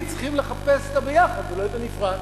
צריכים לחפש את הביחד ולא את הנפרד.